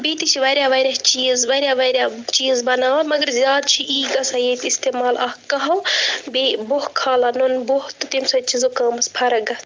بیٚیہِ تہِ چھِ واریاہ واریاہ چیٖز واریاہ واریاہ چیٖز بناوان مگر زیادٕ چھِ ای گژھان ییٚتہِ استعمال اَکھ کَہوٕ بیٚیہِ بۄہ کھالان نُنہٕ بۄہ تہٕ تَمہِ سۭتۍ چھِ زُکامَس فرق گہ